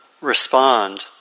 respond